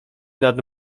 nad